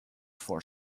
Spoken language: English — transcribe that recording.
four